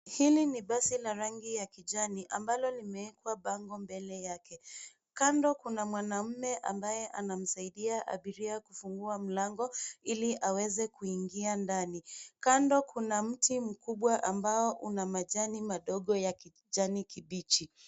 Hili ni basi la rangi ya kijani ambalo limewekwa bango mbele yake. Kando kuna mwanamume ambaye anamsaida abiria kufungua mlango ili aweze kuingia ndani. Kando kuna mti mkubwa ambao una majani madogo ya kijani kubichi.